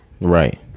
Right